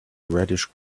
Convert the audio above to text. reddish